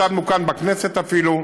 ישבנו כאן בכנסת אפילו,